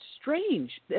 strange